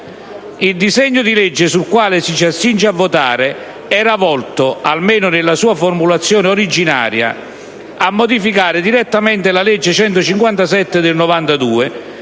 Il disegno di legge sul quale ci si accinge a votare era volto, almeno nella sua formulazione originaria, a modificare direttamente la legge n. 157 del 1992